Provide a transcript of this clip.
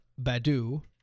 Badu